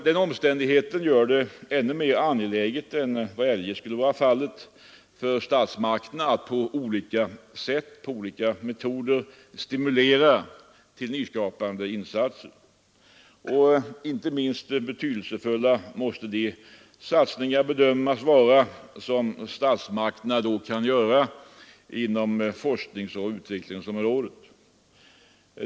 Den omständigheten gör det ännu mera angeläget än vad eljest skulle vara fallet, att statsmakterna med olika metoder stimulerar till nyskapande insatser. Inte minst betydelsefulla måste de satsningar bedömas vara som statsmakterna kan göra inom forskningsoch utvecklingsområdet.